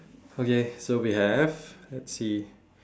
okay so we have let's see